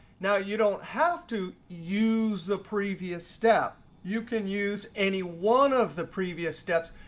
now you don't have to use the previous step. you can use any one of the previous steps.